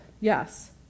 yes